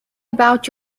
about